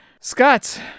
Scott